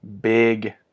big